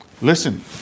Listen